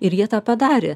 ir jie tą padarė